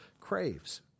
craves